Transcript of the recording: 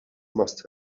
must